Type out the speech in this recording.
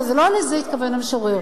לא לזה התכוון המשורר.